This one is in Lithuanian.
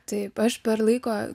taip aš per laiko